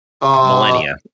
millennia